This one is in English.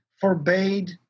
forbade